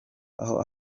aho